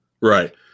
Right